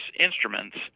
instruments